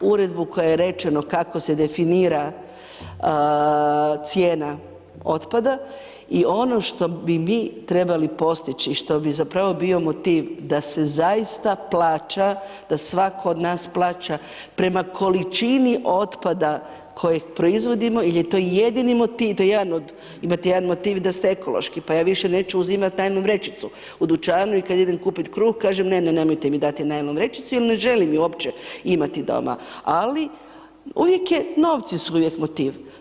Uredbu kojoj je rečeno kako se definira cijena otpada i ono što bi mi trebali postići, i što bi zapravo bio motiv da se zaista plaća, da svatko od nas plaća prema količini otpada kojeg proizvodimo, jer je to jedini motiv, to je jedan od, imate jedan motiv da ste ekološki, pa ja više neću uzimati najlon vrećicu u dućanu i kad idem kupit kruh, kažem ne, ne, ne, nemojte mi dati najlon vrećicu, jer ne želim ju uopće imati doma, ali uvijek je, novci su uvijek motiv.